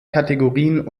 kategorien